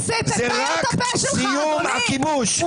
זה רק סיום הכיבוש.